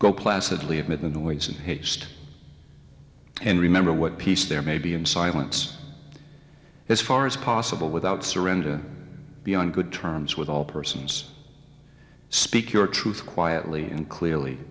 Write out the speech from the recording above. go placidly admit in the ways in haste and remember what peace there may be in silence as far as possible without surrender be on good terms with all persons speak your truth quietly and clearly